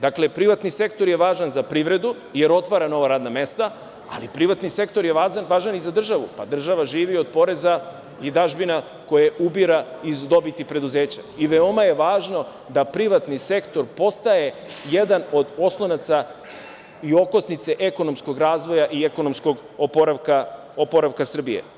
Dakle, privatni sektor je važan za privredu, jer otvara nova radna mesta, ali privatni sektor je važan i za državu, pa država živi od poreza i dažbina koje ubira iz dobiti preduzeća i veoma je važno da privatni sektor postaje jedan od oslonaca i okosnice ekonomskog razvoja i ekonomskog oporavka Srbije.